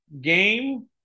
game